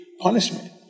punishment